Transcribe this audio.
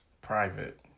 Private